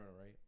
right